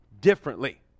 Differently